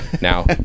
Now